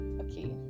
okay